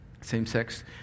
same-sex